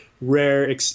rare